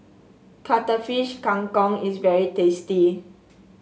Cuttlefish Kang Kong is very tasty